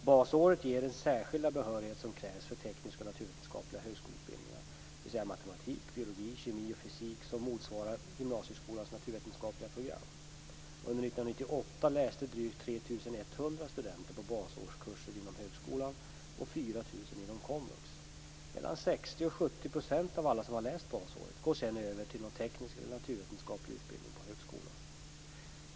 Basåret ger den särskilda behörighet som krävs för tekniska och naturvetenskapliga högskoleutbildningar, dvs. 70 % av alla som har läst basåret går senare över till någon teknisk eller naturvetenskaplig utbildning på högskolan.